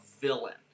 villain